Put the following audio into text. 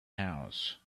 house